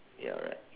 ya right